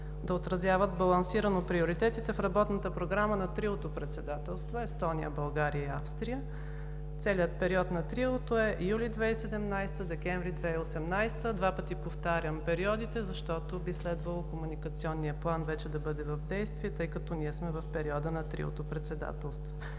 да отразяват балансирано приоритетите в работната програма на триото председателство – Естония, България и Австрия. Целият период на триото е юли 2017 г. – декември 2018 г. Два пъти повтарям периодите, защото би следвало Комуникационният план вече да бъде в действие, тъй като ние сме в периода на триото председателство.